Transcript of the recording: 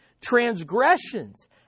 transgressions